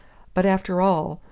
but after all,